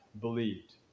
believed